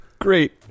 Great